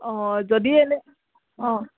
অঁ যদি এনে অঁ